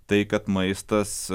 tai kad maistas